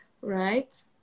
right